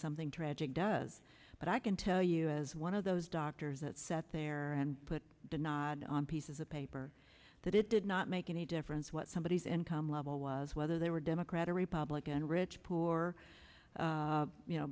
something tragic does but i can tell you as one of those doctors that sat there and put the nod on pieces of paper that it did not make any difference what somebody is income level was whether they were democrat or republican rich poor